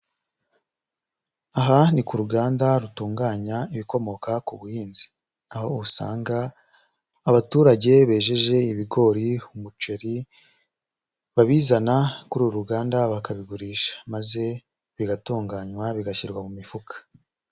Aha ni ku ruganda rutunganya ibikomoka ku buhinzi, aho usanga abaturage bejeje ibigori, umuceri, babizana kuri uru ruganda bakabigurisha, maze bigatunganywa bigashyirwa mu mifuka.